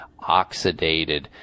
oxidated